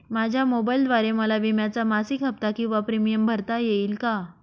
माझ्या मोबाईलद्वारे मला विम्याचा मासिक हफ्ता किंवा प्रीमियम भरता येईल का?